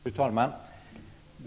Fru talman!